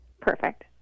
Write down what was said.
Perfect